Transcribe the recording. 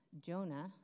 Jonah